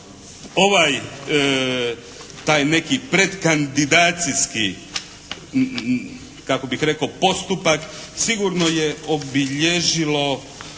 Ovaj, taj neki predkandidacijskih kako bih rekao postupak sigurno je obilježio